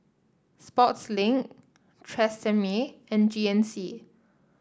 Sportslink Tresemme and G N C